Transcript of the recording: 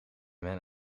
mijn